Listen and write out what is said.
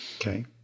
Okay